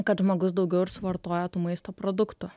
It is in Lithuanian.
kad žmogus daugiau ir suvartoja tų maisto produktų